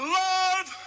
love